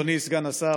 אדוני סגן השר,